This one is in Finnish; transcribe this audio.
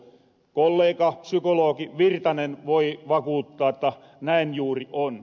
kollega psykoloogi virtanen voi vakuuttaa jotta näin juuri on